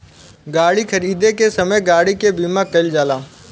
गाड़ी खरीदे के समय गाड़ी के बीमा कईल जाला